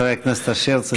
חבר הכנסת אשר, צריך לסיים.